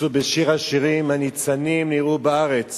כתוב בשיר השירים: "הנצנים נראו בארץ